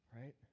right